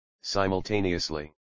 simultaneously